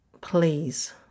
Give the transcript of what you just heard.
please